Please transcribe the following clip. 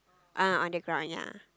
uh on the ground ya